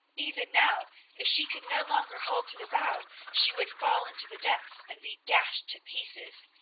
even now if she could no longer hold to the bough, she would fall into the depths and be dashed to pieces.